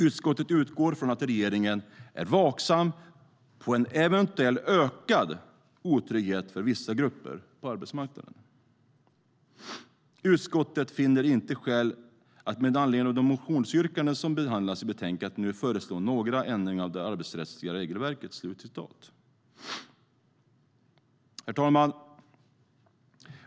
Utskottet utgår från att regeringen är vaksam på en eventuell ökad otrygghet för vissa grupper på arbetsmarknaden. "Herr talman!